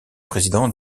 président